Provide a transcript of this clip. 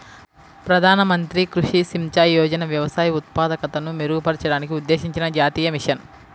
ప్రధాన మంత్రి కృషి సించాయ్ యోజన వ్యవసాయ ఉత్పాదకతను మెరుగుపరచడానికి ఉద్దేశించిన జాతీయ మిషన్